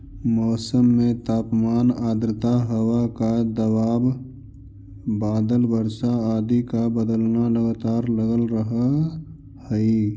मौसम में तापमान आद्रता हवा का दबाव बादल वर्षा आदि का बदलना लगातार लगल रहअ हई